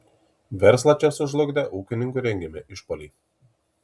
verslą čia sužlugdė ūkininkų rengiami išpuoliai